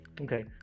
Okay